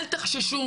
אל תחששו,